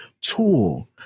tool